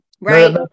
right